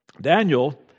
Daniel